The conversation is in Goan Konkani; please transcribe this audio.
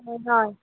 हय हय